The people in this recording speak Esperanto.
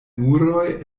muroj